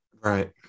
Right